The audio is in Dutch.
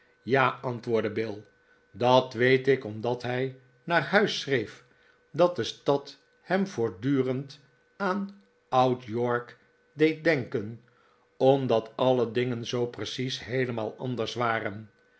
ja antwoordde bill dat weet ik omdat hij naar huis schreef dat de stad hem voordurend aan oud york deed denken omdat alle dingen zoo precies heelemaal anders waren